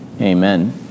Amen